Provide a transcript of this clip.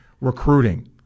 recruiting